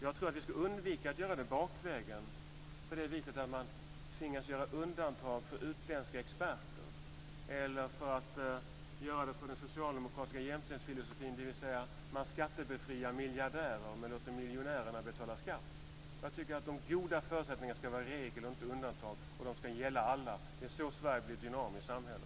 Jag tror att vi ska undvika att göra det bakvägen på det viset att man tvingas göra undantag för utländska experter eller göra det med den socialdemokratiska jämställdhetsfilosofin, dvs. man skattebefriar miljardärer men låter miljonärerna betala skatt. Jag tycker att de goda förutsättningarna ska vara regel och inte undantag och de ska gälla alla. Det är så Sverige blir ett dynamiskt samhälle.